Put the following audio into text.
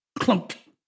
Clunk